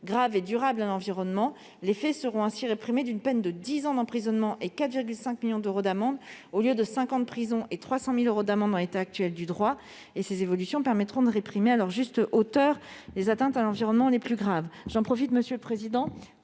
grave et durable à l'environnement, les faits seront ainsi réprimés d'une peine de dix ans d'emprisonnement et 4,5 millions d'euros d'amende, au lieu de cinq ans de prison et 300 000 euros d'amende en l'état actuel du droit. Ces évolutions permettront de réprimer à leur juste hauteur les atteintes à l'environnement les plus graves. Monsieur le président,